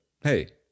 hey